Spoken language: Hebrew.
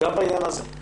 כך גם בעניין הזה.